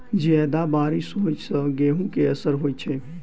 जियादा बारिश होइ सऽ गेंहूँ केँ असर होइ छै?